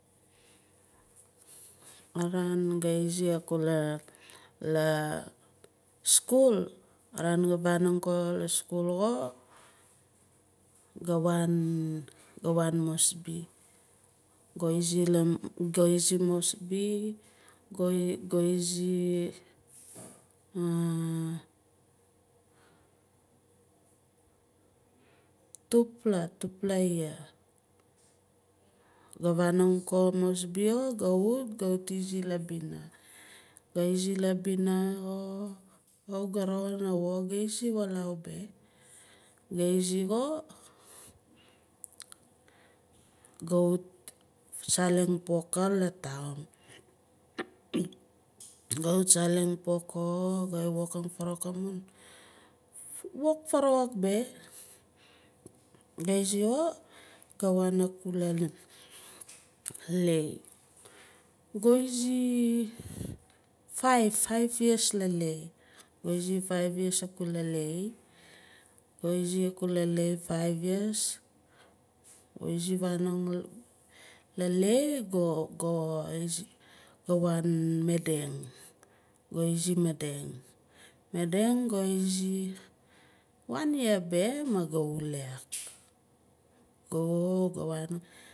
Araan ga izi akula la skul araan ga canong la skul xo ga waan moresby ga izi moresby ga izi tupla yia ga vanong ko moresby ko gawut izi labina ga izi labina xo kawit ga roxin a wok ga izi walau be ga izi xo ga wut saleng pokang la taun ga wut saleng pok ka ga wokang farawuking amun wok farawuk beh go izi xo ga wan kula lae ga izi five five years la lae ga izi five years akula lae ga izi akula madang madang ga izi one year beh mma ga wule xaak go ga waan.